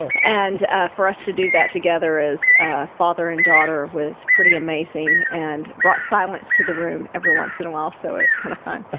and for us to do that together as father and daughter was pretty amazing and brought silence to the room every once in a while. so it was kind of fun.